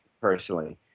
personally